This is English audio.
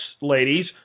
ladies